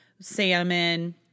salmon